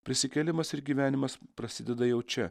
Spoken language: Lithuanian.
prisikėlimas ir gyvenimas prasideda jau čia